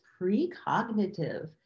precognitive